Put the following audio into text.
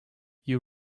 you